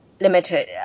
limited